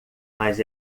mas